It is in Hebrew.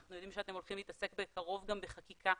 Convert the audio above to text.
אנחנו יודעים שאתם הולכים להתעסק בקרוב גם בחקיקה,